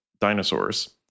dinosaurs